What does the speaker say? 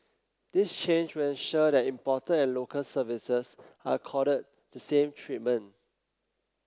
this change will ensure that imported and local services are accorded the same treatment